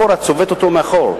צובט אותו מאחור.